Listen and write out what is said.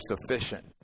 sufficient